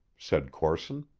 said corson.